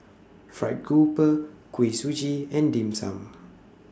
Fried Grouper Kuih Suji and Dim Sum